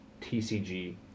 TCG